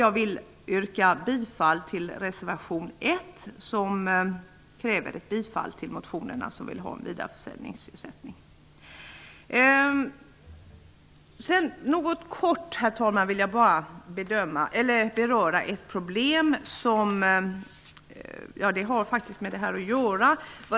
Jag yrkar bifall till reservation 1, som kräver ett bifall till de motioner som förespråkar en vidareförsäljningsersättning. Jag vill, herr talman, litet kortfattat beröra ett problem som faktiskt har att göra med det jag nyss talade om.